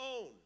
own